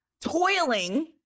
toiling